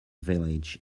village